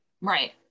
Right